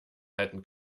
halten